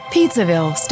PizzaVille